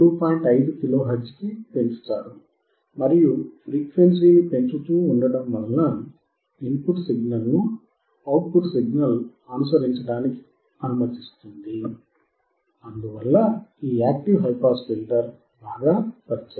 5 kilo హెర్ట్జ్కి పెంచుతారు మరియు ఫ్రీక్వెన్సీని పెంచుతూ ఉండడం వల్ల ఇన్పుట్ సిగ్నల్ను అవుట్ పుట్ సిగ్నల్ అనుసరించడానికి అనుమతిస్తుంది అందువల్ల ఈ యాక్టివ్ హైపాస్ ఫిల్టర్ బాగా పనిచేస్తుంది